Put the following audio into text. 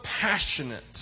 passionate